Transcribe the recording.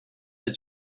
that